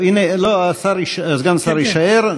סגן השר יישאר.